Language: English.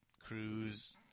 cruise